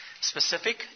specific